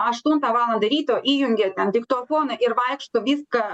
aštuntą valandą ryto įjungia ten diktofoną ir vaikšto viską